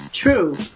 true